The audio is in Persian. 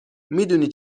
میدونی